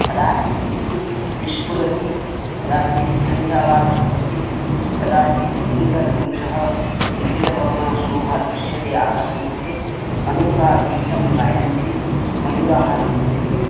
कदाचित् विद्युत् विस्फुरति कदाचित् झञ्झावातः भवति कदाचित् इन्द्रधनुषः विविधवर्णशोभा दृश्यते आकाशमध्ये मण्डुकाः गीतं गायन्ति मयूराः नृत्यति